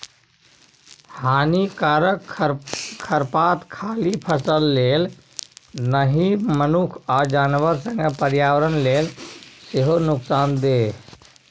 हानिकारक खरपात खाली फसल लेल नहि मनुख आ जानबर संगे पर्यावरण लेल सेहो नुकसानदेह